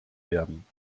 werden